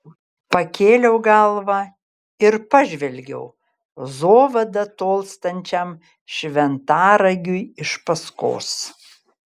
pakėliau galvą ir pažvelgiau zovada tolstančiam šventaragiui iš paskos